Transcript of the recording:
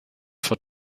for